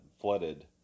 flooded